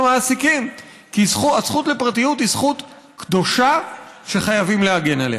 כי הזכות לפרטיות היא זכות קדושה שחייבים להגן עליה.